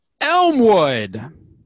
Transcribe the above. Elmwood